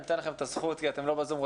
ניתן לכם את הזכות כי אתם לא בזום,